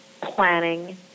planning